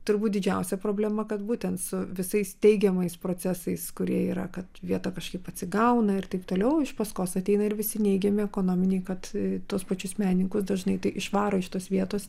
turbūt didžiausia problema kad būtent su visais teigiamais procesais kurie yra kad vieta kažkaip atsigauna ir taip toliau iš paskos ateina ir visi neigiami ekonominiai kad tuos pačius menininkus dažnai tai išvaro iš tos vietos